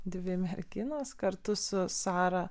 dvi merginos kartu su sara